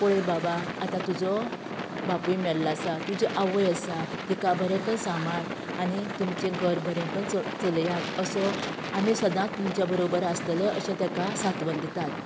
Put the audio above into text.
पळय बाबा आतां तुजो बापूय मेल्लो आसा तुजें आवय आसा तिका बरें करून सांबाळ आमी तुमचें घर बरें करून चलयात असो आमी सदांत तुमच्या बरोबर आसतले अशें तेका सात्वन दितात